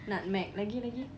nutmeg lagi lagi